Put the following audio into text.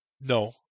No